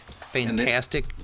fantastic